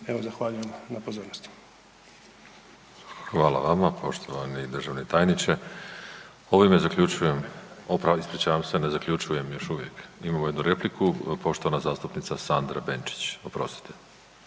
Evo, zahvaljujem na pozornosti. **Škoro, Miroslav (DP)** Hvala vama poštovani državni tajniče. Ovime zaključujem, o, ispričavam se, ne zaključujem još uvijek. Imamo jednu repliku. Poštovana zastupnica Sandra Benčić, oprostite.